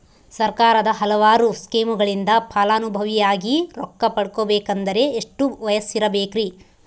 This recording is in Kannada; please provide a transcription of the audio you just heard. ಸರ್ಕಾರದ ಹಲವಾರು ಸ್ಕೇಮುಗಳಿಂದ ಫಲಾನುಭವಿಯಾಗಿ ರೊಕ್ಕ ಪಡಕೊಬೇಕಂದರೆ ಎಷ್ಟು ವಯಸ್ಸಿರಬೇಕ್ರಿ?